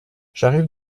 j’arrive